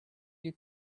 you